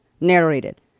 narrated